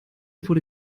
wurde